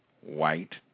white